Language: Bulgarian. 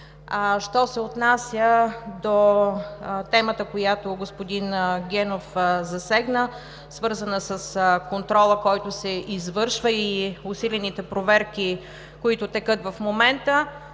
що се отнася до темата, която господин Генов засегна, свързана с контрола, който се извършва, и усилените проверки, които текат в момента,